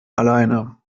alleine